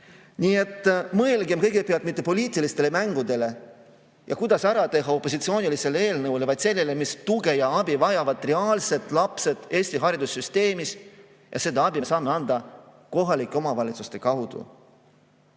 Nii et mõelgem kõigepealt mitte poliitilistele mängudele ja kuidas ära teha opositsioonilisele eelnõule, vaid sellele, mis tuge ja abi vajavad reaalsed lapsed Eesti haridussüsteemis. Ja seda abi me saame anda kohalike omavalitsuste kaudu.